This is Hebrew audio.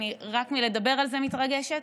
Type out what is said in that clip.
רק מלדבר על זה אני מתרגשת.